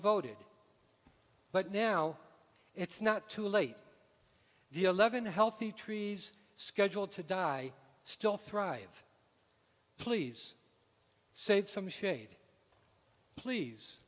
voted but now it's not too late the eleven healthy trees scheduled to die still thrive please save some shade please